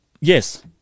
Yes